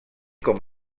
com